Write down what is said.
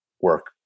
work